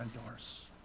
endorse